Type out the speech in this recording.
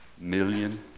million